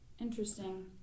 Interesting